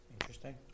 Interesting